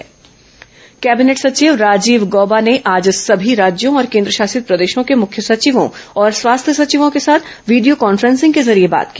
cabinet सचिव बैठक cabinet सचिव राजीव गौबा ने आज सभी राज्यों और केंद्रशासित प्रदेशों के मुख्य सचिवों और स्वास्थ्य सचिवों के साथ वीडियों कांफ्रेंसिंग के जरिये बात की